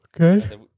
okay